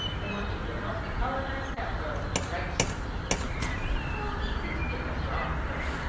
i want you to help me colonise hatboro' with the right sort of people it's so easy to get the wrong sort!